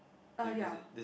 uh ya